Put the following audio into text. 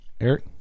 eric